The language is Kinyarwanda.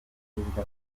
perezida